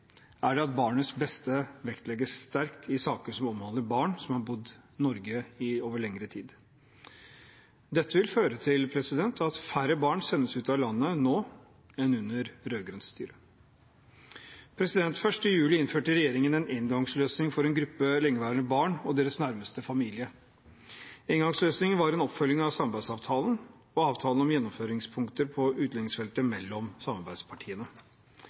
er det at barnets beste vektlegges sterkt i saker som omhandler barn som har bodd i Norge over lengre tid. Dette vil føre til at færre barn sendes ut av landet nå enn under rød-grønt styre. Den 1. juli innførte regjeringen en engangsløsning for en gruppe lengeværende barn og deres nærmeste familie. Engangsløsningen var en oppfølging av samarbeidsavtalen og avtalen om gjennomføringspunkter på utlendingsfeltet mellom samarbeidspartiene.